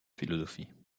philosophie